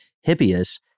Hippias